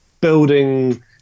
building